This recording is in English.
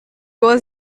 was